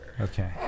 Okay